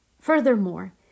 Furthermore